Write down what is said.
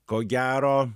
ko gero